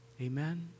Amen